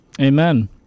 amen